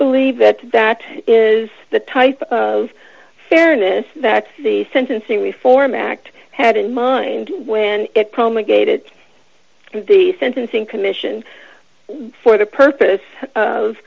believe that that is the type of fairness that the sentencing reform act had in mind when it promulgated the sentencing commission for the purpose of